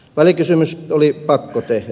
välikysymys oli pakko tehdä